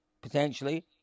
potentially